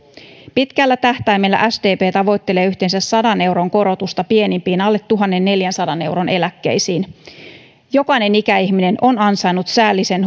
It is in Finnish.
pitkällä tähtäimellä sdp tavoittelee yhteensä sadan euron korotusta pienimpiin alle tuhannenneljänsadan euron eläkkeisiin jokainen ikäihminen on ansainnut säällisen